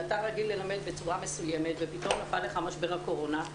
אתה רגיל ללמד בצורה מסוימת ופתאום נפל עליך משבר הקורונה.